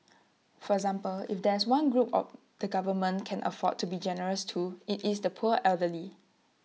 for example if there's one group or the government can afford to be generous to IT is the poor elderly